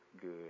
good